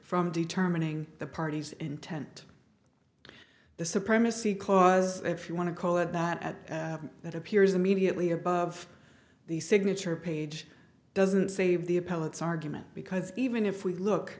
from determining the party's intent the supremacy clause if you want to call it that that appears immediately above the signature page doesn't save the appellate argument because even if we look